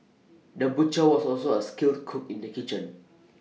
the butcher was also A skilled cook in the kitchen